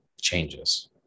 changes